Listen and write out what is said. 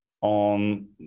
on